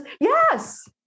Yes